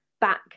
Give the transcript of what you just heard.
back